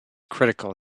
critical